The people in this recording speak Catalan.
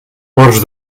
porcs